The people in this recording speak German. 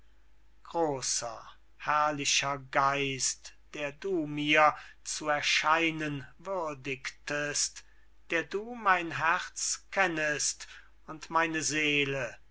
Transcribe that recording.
großer herrlicher geist der du mir zu erscheinen würdigtest der du mein herz kennest und meine seele